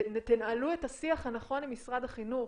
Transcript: שתנהלו את השיח הנכון עם משרד החינוך,